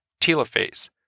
telophase